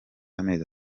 amezi